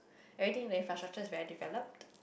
everything that you frustrated is very developed